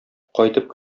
кайтып